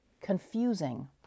confusing